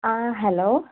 ആ ഹലോ